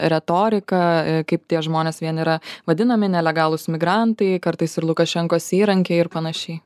retorika kaip tie žmonės vien yra vadinami nelegalūs migrantai kartais ir lukašenkos įrankiai ir panašiai